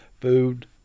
food